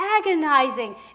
Agonizing